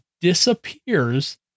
disappears